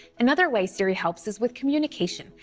another way siri helps is with communication,